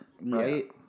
right